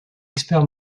expert